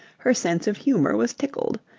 her sense of humour was tickled.